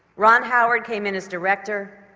ron howard came in as director,